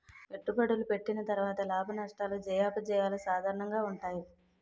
పెట్టుబడులు పెట్టిన తర్వాత లాభనష్టాలు జయాపజయాలు సాధారణంగా ఉంటాయి